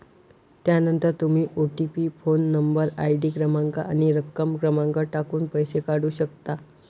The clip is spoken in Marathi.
त्यानंतर तुम्ही ओ.टी.पी फोन नंबर, आय.डी क्रमांक आणि रक्कम क्रमांक टाकून पैसे काढू शकता